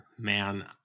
Man